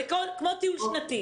זה כמו טיול שנתי.